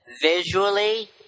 visually